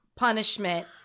punishment